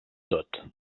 tot